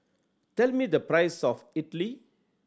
tell me the price of Idili